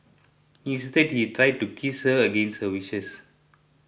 instead he tried to kiss her against her wishes